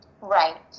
Right